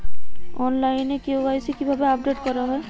অনলাইনে কে.ওয়াই.সি কিভাবে আপডেট করা হয়?